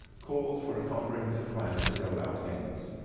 called for a comprehensive plan to roll out aims.